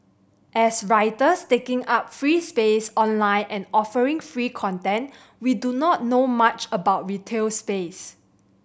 as writers taking up free space online and offering free content we do not know much about retail space